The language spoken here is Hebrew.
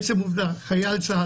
עצם העובדה שהוא חייל צה"ל,